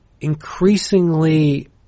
increasingly